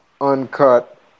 uncut